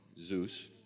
Zeus